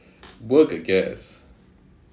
work I guess